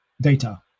data